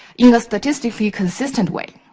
in the statistically consistent way?